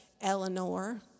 Eleanor